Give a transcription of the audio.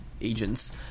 agents